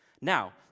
Now